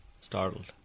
startled